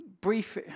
brief